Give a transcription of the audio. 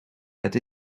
het